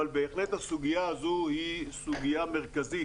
אבל בהחלט הסוגיה הזו היא סוגיה מרכזית